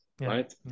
right